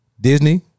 Disney